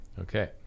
Okay